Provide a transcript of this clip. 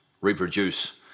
reproduce